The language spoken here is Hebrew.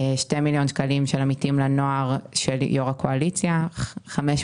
שני מיליון שקלים של "עמיתים לנוער" הם של יו"ר הקואליציה לשעבר,